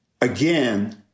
again